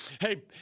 Hey